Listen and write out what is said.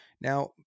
Now